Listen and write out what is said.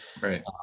right